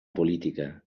política